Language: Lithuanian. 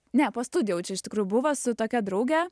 ne po studijų jau čia iš tikrųjų buvo su tokia drauge